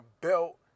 belt